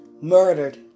murdered